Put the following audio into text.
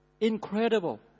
Incredible